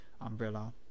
umbrella